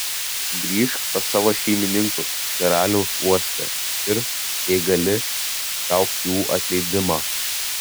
grįžk pas savo šeimininkus karaliaus uoste ir jei gali gauk jų atleidimą